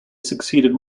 succeeded